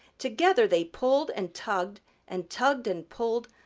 together they pulled and tugged and tugged and pulled,